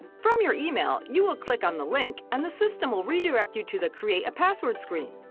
from your email, you will click on the link. and the system will redirect you to the create a password screen.